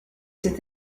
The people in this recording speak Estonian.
see